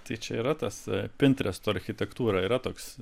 tai čia yra tas pintresto architektūra yra toks